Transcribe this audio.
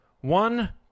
One